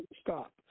Stop